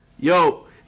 Yo